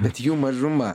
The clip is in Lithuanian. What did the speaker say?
bet jų mažuma